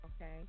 okay